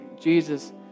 Jesus